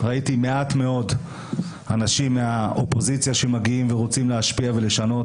ראיתי מעט מאוד אנשים מהאופוזיציה שמגיעים ורוצים להשפיע ולשנות.